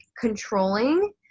controlling